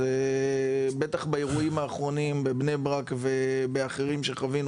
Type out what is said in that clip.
ובטח באירועים האחרונים בבני ברק ובאחרים שחווינו.